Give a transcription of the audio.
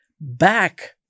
back